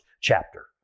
chapter